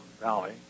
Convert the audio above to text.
valley